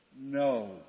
No